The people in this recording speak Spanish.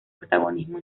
protagonismo